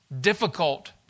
Difficult